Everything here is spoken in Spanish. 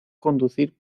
conducir